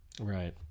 right